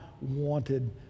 wanted